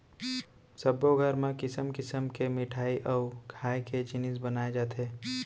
सब्बो घर म किसम किसम के मिठई अउ खाए के जिनिस बनाए जाथे